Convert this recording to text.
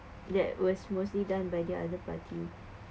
that was mostly done by the other party